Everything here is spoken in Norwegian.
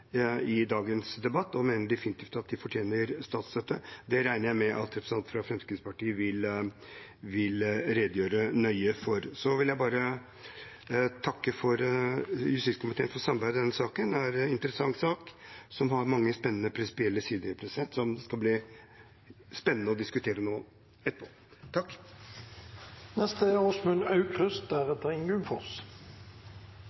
i dagens debatt, og at de definitivt fortjener statsstøtte. Det regner jeg med at representanten fra Fremskrittspartiet vil redegjøre nøye for. Så vil jeg bare takke justiskomiteen for samarbeidet i denne saken. Det er en interessant sak som har mange prinsipielle sider som det skal bli spennende å diskutere nå.